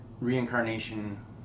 reincarnation